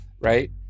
Right